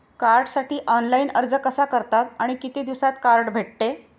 कार्डसाठी ऑनलाइन अर्ज कसा करतात आणि किती दिवसांत कार्ड भेटते?